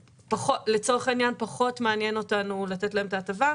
לצורך העניין פחות מעניין אותנו לתת להם את ההטבה,